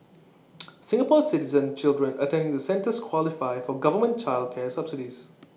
Singapore Citizen children attending the centres qualify for government child care subsidies